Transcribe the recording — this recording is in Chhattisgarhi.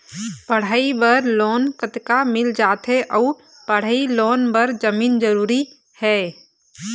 पढ़ई बर लोन कतका मिल जाथे अऊ पढ़ई लोन बर जमीन जरूरी हे?